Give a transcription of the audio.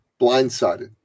blindsided